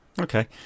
Okay